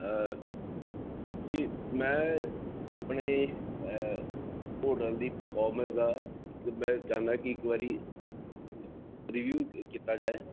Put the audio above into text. जी में अपने होटल दी परफार्मेंस दा इक में चाहन्नां कि इक बारी रिव्यू कीता जाए